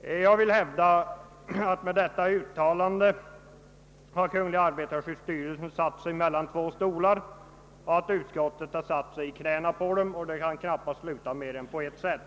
Jag vill hävda att kungl. arbetarskyddsstyrelsen med detta uttalande satt sig mellan två stolar och att utskottet har satt sig i knä på styrelsen, och då kan resultatet inte bli särskilt gott.